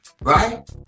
right